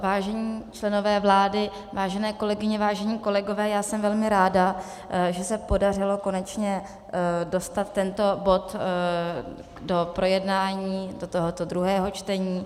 Vážení členové vlády, vážené kolegyně, vážení kolegové, jsem velmi ráda, že se podařilo konečně dostat tento bod do projednání tohoto druhého čtení.